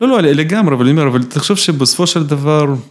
לא, לא, לגמרי, אבל אני אומר, אבל תחשוב שבסופו של דבר...